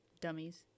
Dummies